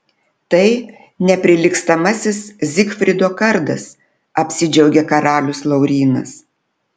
tai neprilygstamasis zigfrido kardas apsidžiaugė karalius laurynas